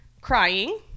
crying